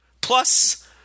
plus